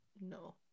No